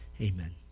Amen